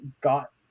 got